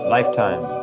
Lifetime